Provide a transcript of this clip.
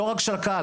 לא רק של הקהל,